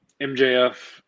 MJF